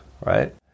Right